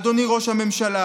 אדוני ראש הממשלה.